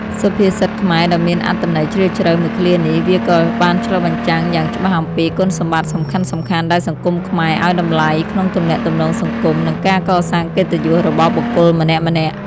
សុភាសិតខ្មែរដ៏មានអត្ថន័យជ្រាលជ្រៅមួយឃ្លានេះ វាក៏បានឆ្លុះបញ្ចាំងយ៉ាងច្បាស់អំពី គុណសម្បត្តិសំខាន់ៗដែលសង្គមខ្មែរឱ្យតម្លៃ ក្នុងទំនាក់ទំនងសង្គម និងការកសាងកិត្តិយសរបស់បុគ្គលម្នាក់ៗ។